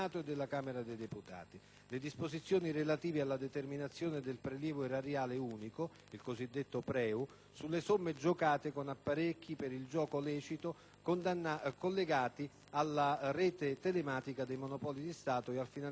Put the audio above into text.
le disposizioni relative alla determinazione del prelievo erariale unico (cosiddetto PREU) sulle somme giocate con apparecchi per il gioco lecito collegati alla rete telematica dei Monopoli di Stato e al finanziamento dell'UNIRE e del CONI.